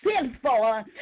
Sinful